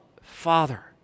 Father